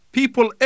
people